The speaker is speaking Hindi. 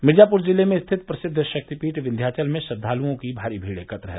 मिर्जापुर जिले में स्थित प्रसिद्ध शक्तिपीठ विन्ध्याचल में श्रद्वालुओं की भारी भीड़ एकत्र है